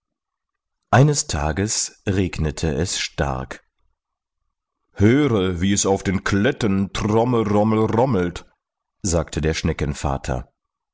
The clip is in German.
eines tages regnete es stark höre wie es auf den kletten tromme romme rommelt sagte der